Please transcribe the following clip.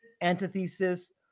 antithesis